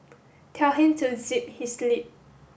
tell him to zip his lip